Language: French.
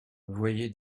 voyez